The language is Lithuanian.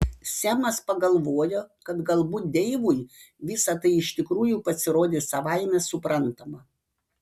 semas pagalvojo kad galbūt deivui visa tai iš tikrųjų pasirodė savaime suprantama